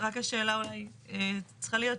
רק השאלה אולי צריכה להיות,